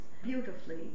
beautifully